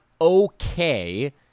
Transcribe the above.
okay